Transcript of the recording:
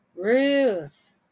Ruth